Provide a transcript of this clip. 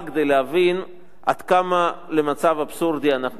להבין עד כמה אנחנו מגיעים למצב אבסורדי.